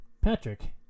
Patrick